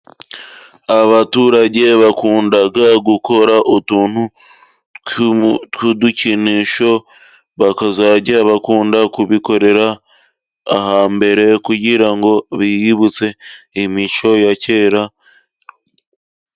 Abaturage bakunda gukora utuntu tw'udukinisho, bakazajya bakunda kubikorera ahambere, kugira ngo biyibutse imico ya kera.